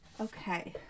Okay